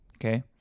okay